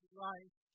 life